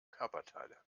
körperteile